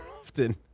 often